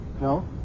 No